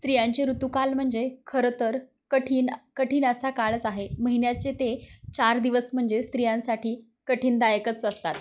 स्त्रियांचे ऋतूकाल म्हणजे खरं तर कठीण कठीण असा काळच आहे महिन्याचे ते चार दिवस म्हणजे स्त्रियांसाठी कठीनदायकच असतात